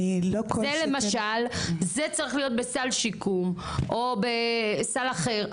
זה למשל, זה צריך להיות בסל שיקום או בסל אחר.